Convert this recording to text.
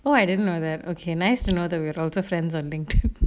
oh I didn't know that okay nice to know that we had also friends are linkedin